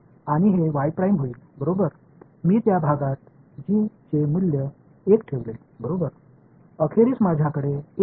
அந்த பிரிவில் g இன் மதிப்பை 1 ஆக மாற்றியுள்ளேன்